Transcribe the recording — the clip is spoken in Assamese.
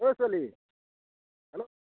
অই ছোৱালী হেল্ল'